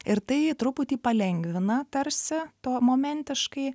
ir tai truputį palengvina tarsi to momentiškai